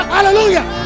Hallelujah